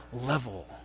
level